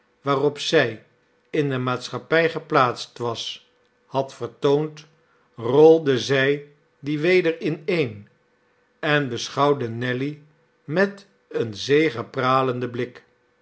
waarop zij in de maatschappij geplaatst was had vertoond rolde zy die weder ineen en beschouwde nelly met een zegepralendenblik